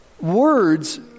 Words